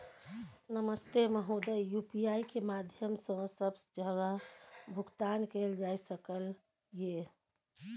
नमस्ते महोदय, यु.पी.आई के माध्यम सं सब जगह भुगतान कैल जाए सकल ये?